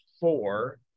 four